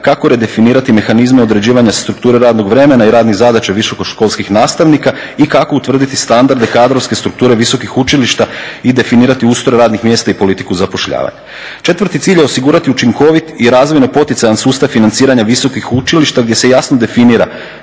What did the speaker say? kako redefinirati mehanizme određivanja strukture radnog vremena i radnih zadaća visokoškolskih nastavnika i kako utvrditi standarde kadrovske strukture visokih učilišta i definirati ustroj radnih mjesta i politiku zapošljavanja. Četvrti cilj je osigurati učinkovit i razvojno poticajan sustav financiranja visokih učilišta gdje se jasno definira